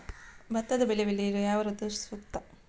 ಭತ್ತದ ಬೆಳೆ ಬೆಳೆಯಲು ಯಾವ ಋತು ಸೂಕ್ತ?